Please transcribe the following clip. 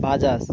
Bajaj